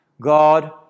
god